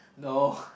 no